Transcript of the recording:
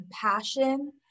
compassion